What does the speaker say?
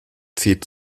zieht